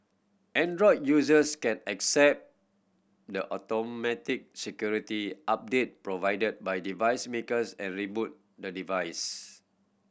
android users can accept the automatic security update provided by device makers and reboot the device